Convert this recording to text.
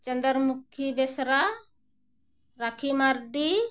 Chandramukhi Besra Rakhi Mardi